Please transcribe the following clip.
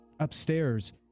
Upstairs